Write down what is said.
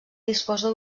disposa